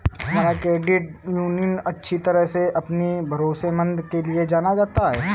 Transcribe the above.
हमारा credit union अच्छी तरह से अपनी भरोसेमंदता के लिए जाना जाता है